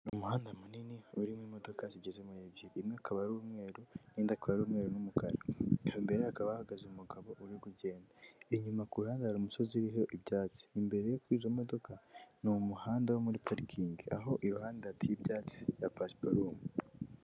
Umuhanda munini urimo imodoka zigeze muri ebyiri, imwe akaba ari umweru n'indi akaba ari umweru n'umukara. Imbere hakaba hahagaze umugabo uri kugenda, inyuma ku ruhande hari umusozi uriho ibyatsi. Imbere ku izo modoka ni umuhanda wo muri parikingi, aho iruhande hateye ibyatsi bya pasiparumu.